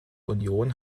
union